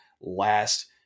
last